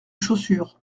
chaussures